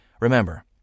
Remember